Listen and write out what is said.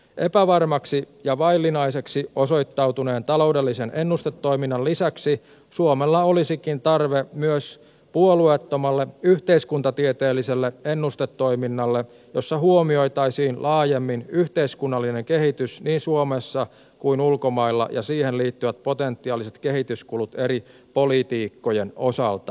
epävarmaksi ja vaillinaiseksi osoittautuneen taloudellisen ennustetoiminnan lisäksi suomella olisikin tarve myös puolueettomalle yhteiskuntatieteelliselle ennustetoiminnalle jossa huomioitaisiin laajemmin yhteiskunnallinen kehitys niin suomessa kuin ulkomailla ja siihen liittyvät potentiaaliset kehityskulut eri politiikkojen osalta